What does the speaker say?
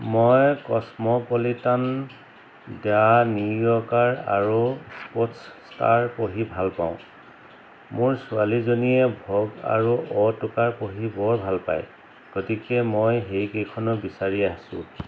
মই Cosmopolitan the New Yorker আৰু Sportstar পঢ়ি ভাল পাওঁ মোৰ ছোৱালীজনীয়ে ভ'গ আৰু অ'টোকাৰ পঢ়ি বৰ ভাল পাই গতিকে মই সেইকেইখনো বিচাৰি আছো